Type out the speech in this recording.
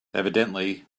evidently